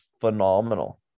phenomenal